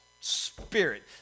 spirit